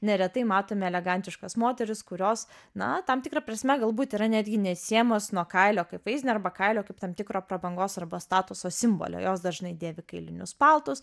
neretai matome elegantiškas moteris kurios na tam tikra prasme galbūt yra netgi neatsiejamos nuo kailio kaip vaizdinio arba kailio kaip tam tikro prabangos arba statuso simbolio jos dažnai dėvi kailinius paltus